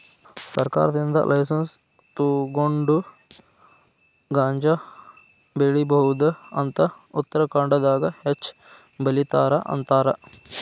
ಸರ್ಕಾರದಿಂದ ಲೈಸನ್ಸ್ ತುಗೊಂಡ ಗಾಂಜಾ ಬೆಳಿಬಹುದ ಅಂತ ಉತ್ತರಖಾಂಡದಾಗ ಹೆಚ್ಚ ಬೆಲಿತಾರ ಅಂತಾರ